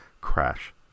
crash